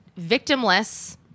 victimless –